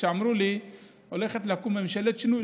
כשאמרו לי שהולכת לקום ממשלת שינוי,